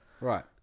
right